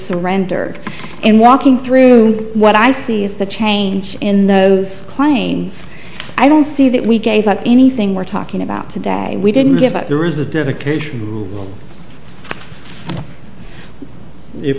surrendered and walking through what i see as the change in those claims i don't see that we gave up anything we're talking about today we didn't give up there is a dedication